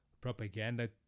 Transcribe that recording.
propaganda